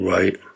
Right